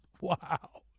Wow